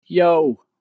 Yo